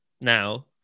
now